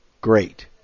great